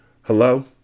Hello